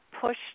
push